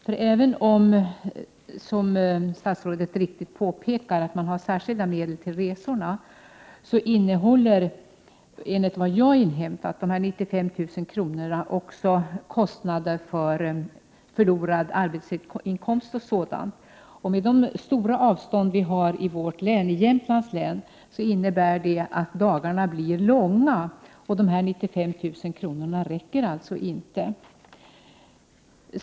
Även om det är som statsrådet riktigt påpekar, att man har särskilda medel för resor, så skall, enligt vad jag har inhämtat, de 95 000 kronorna också täcka kostnader för förlorad arbetsinkomst o.d. De stora avstånden vi har i vårt län, Jämtlands län, medför att dagarna blir långa. 95 000 kr. räcker således inte.